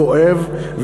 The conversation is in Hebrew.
כואב,